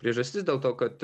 priežastis dėl to kad